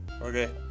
okay